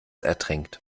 ertränkt